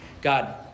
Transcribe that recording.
God